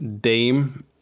Dame